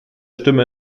stimme